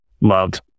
Loved